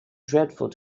dreadful